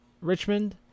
Richmond